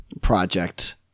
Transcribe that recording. project